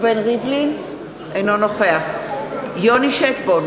אינו נוכח יוני שטבון,